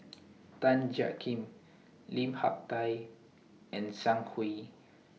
Tan Jiak Kim Lim Hak Tai and Zhang Hui